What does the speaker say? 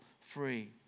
free